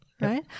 Right